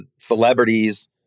celebrities